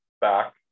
back